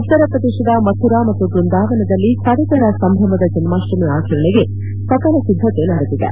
ಉತ್ತರ ಪ್ರದೇಶದ ಮಥುರಾ ಮತ್ತು ಬೃಂದಾವನದಲ್ಲಿ ಸಡಗರ ಸಂಭ್ರಮದ ಜನ್ಮಾಷ್ಟಮಿ ಆಚರಣೆಗೆ ಸಕಲ ಸಿದ್ದಕೆ ನಡೆದಿದೆ